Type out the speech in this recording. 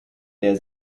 der